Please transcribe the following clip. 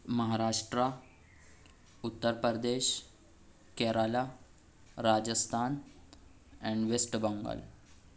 Maharashtra Uttar Pradesh Kerala Rajasthan and waste Bengal